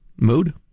mood